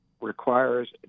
requires